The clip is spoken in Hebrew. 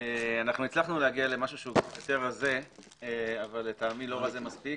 אנחנו הצלחנו להגיע למשהו אבל לטעמי הוא לא מספיק.